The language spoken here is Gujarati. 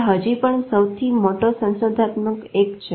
તે હજી પણ સૌથી મોટા સંશોધનમાનું એક છે